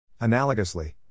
Analogously